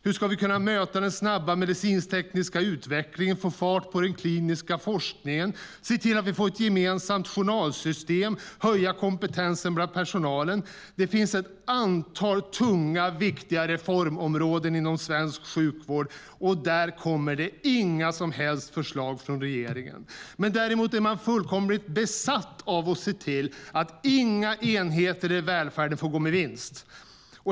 Hur ska vi kunna möta den snabba medicinsk-tekniska utvecklingen och få fart på den kliniska forskningen, se till att vi får ett gemensamt journalsystem och höja kompetensen bland personalen? Det finns ett antal tunga och viktiga reformområden inom svensk sjukvård, och där kommer det inga som helst förslag från regeringen. Däremot är man fullkomligt besatt av att se till att inga enheter i välfärden får gå med vinst.